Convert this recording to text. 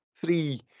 three